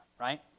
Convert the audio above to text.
right